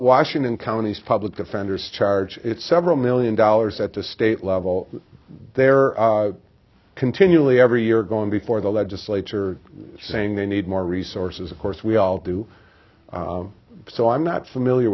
washington counties public defenders charge it's several million dollars at the state level they're continually every year going before the legislature saying they need more resources of course we all do so i'm not familiar